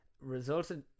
resulted